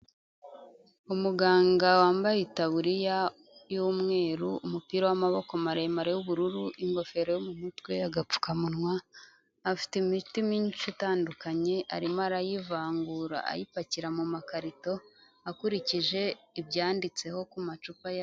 Umuganga wambaye itaburiya y'umweru, umupira w'amaboko maremare w'ubururu, ingofero yo mu mutwe, agapfukamunwa, afite imiti myinshi itandukanye, arimo arayivangura ayipakira mu makarito, akurikije ibyanditseho ku macupa yayo.